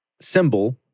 symbol